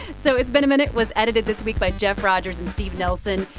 so it's been a minute was edited this week by jeff rogers and steve nelson.